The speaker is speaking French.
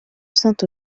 saint